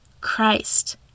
Christ